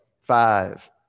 five